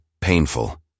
painful